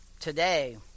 Today